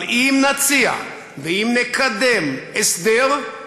אבל אם נציע ואם נקדם הסדר,